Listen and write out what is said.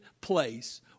place